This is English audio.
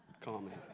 comment